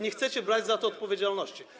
Nie chcecie brać za to odpowiedzialności.